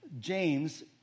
James